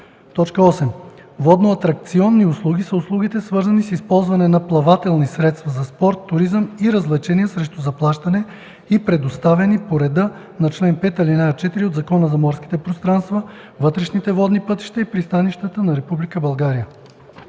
8. „Водноатракционни услуги” са услугите, свързани с използване на плавателни средства за спорт, туризъм и развлечения срещу заплащане и предоставени по реда на чл. 5, ал. 4 от Закона за морските пространства, вътрешните водни пътища и пристанищата на Република